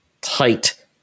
tight